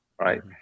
right